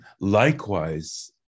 likewise